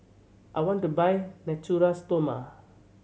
I want to buy Natura Stoma